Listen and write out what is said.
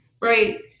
right